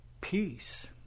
peace